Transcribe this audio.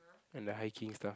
and the hiking stuff